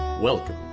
Welcome